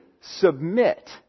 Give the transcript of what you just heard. submit